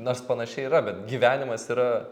nors panašiai yra bet gyvenimas yra